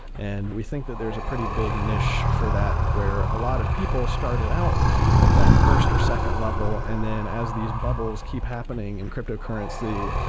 and we think that there's a pretty big niche for that where a lot of people started out with that first or second level, and then as these bubbles keep happening in cryptocurrency,